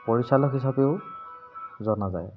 পৰিচালক হিচাপেও জনা যায়